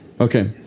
Okay